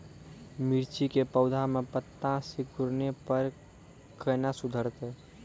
मिर्ची के पौघा मे पत्ता सिकुड़ने पर कैना सुधरतै?